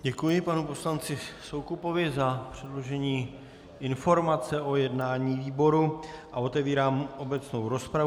Děkuji panu poslanci Soukupovi za předložení informace o jednání výboru a otevírám obecnou rozpravu.